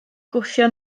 gwthio